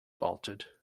bolted